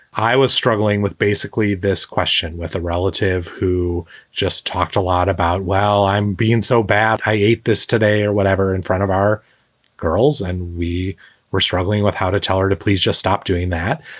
i was struggling with basically this question with a relative who just talked a lot about, well, i'm being so bad, i ate this today or whatever in front of our girls, and we were struggling with how to tell her to please just stop doing that.